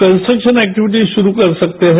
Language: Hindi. कन्सट्रक्शन एक्टिविटीज शुरू कर सकते हैं